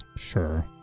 Sure